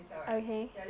okay